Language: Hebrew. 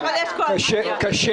אין כנסת אבל יש קואליציה.